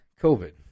COVID